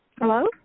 Hello